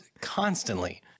constantly